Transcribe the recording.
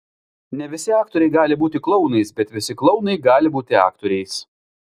ne visi aktoriai gali būti klounais bet visi klounai gali būti aktoriais